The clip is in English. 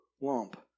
lump